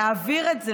ולהעביר את זה,